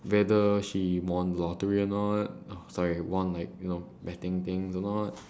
whether she won lottery or not oh sorry won like you know betting things or not